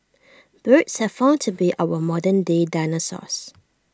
birds have found to be our modern day dinosaurs